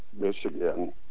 Michigan